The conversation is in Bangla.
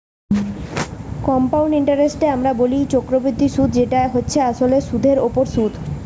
কম্পাউন্ড ইন্টারেস্টকে আমরা বলি চক্রবৃদ্ধি সুধ যেটা হচ্ছে আসলে সুধের ওপর সুধ